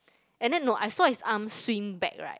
and then no I saw his arms swing back right